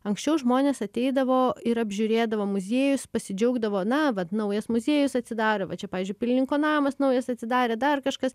anksčiau žmonės ateidavo ir apžiūrėdavo muziejus pasidžiaugdavo na vat naujas muziejus atsidarė va čia pavyzdžiui pilininko namas naujas atsidarė dar kažkas